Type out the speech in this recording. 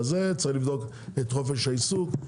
צריך לבדוק את חופש העיסוק,